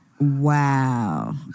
Wow